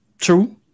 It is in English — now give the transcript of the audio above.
True